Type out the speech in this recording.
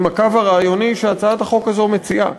הקו הרעיוני שהצעת החוק הזאת מציעה.